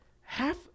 half